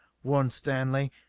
warned stanley,